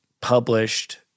published